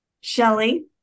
Shelly